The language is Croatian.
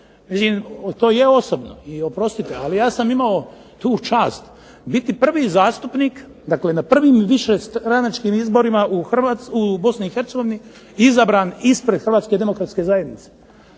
i oprostite, ali ja sam imao tu čast biti prvi zastupnik, dakle na prvim višestranačkim izborima u Bosni i Hercegovini izabran ispred HDZ-a. mi smo tamo podigli